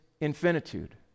infinitude